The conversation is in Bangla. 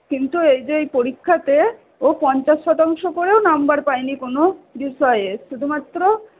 কিন্তু এই যে এই পরীক্ষাতে ও পঞ্চাশ শতাংশ করেও নম্বর পায়নি কোন বিষয়ে শুধুমাত্র